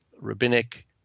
rabbinic